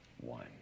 one